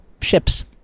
ships